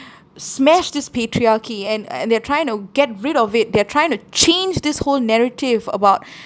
smash this patriarchy and and they're trying to get rid of it they're trying to change this whole narrative about